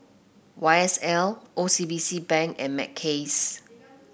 Y S L O C B C Bank and Mackays